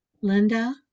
Linda